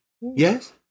Yes